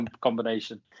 combination